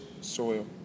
soil